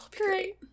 Great